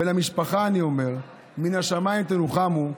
ולמשפחה אני אומר: מן השמיים תנוחמו,